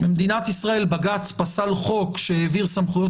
במדינת ישראל בג"ץ פסל חוק שהעביר סמכויות